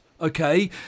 Okay